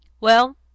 Well